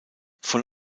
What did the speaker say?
von